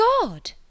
God